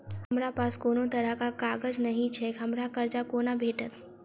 हमरा पास कोनो तरहक कागज नहि छैक हमरा कर्जा कोना भेटत?